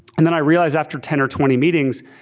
and then i realized after ten or twenty meetings,